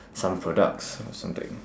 some products or something